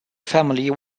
family